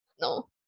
No